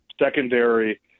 secondary